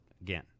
Again